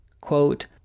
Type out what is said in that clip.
quote